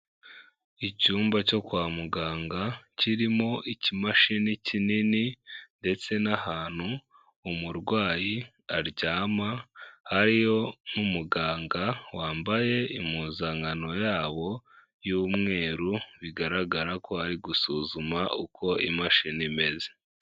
Icyumba cyo kwa muganga kirimo ikimashini kinini, ndetse n'ahantu umurwayi aryama, hariyo n'umuganga wambaye impuzankano yabo y'umweru, bigaragara ko ari gusuzuma uko imashini imeze.